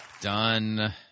Done